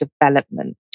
development